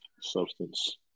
substance